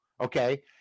okay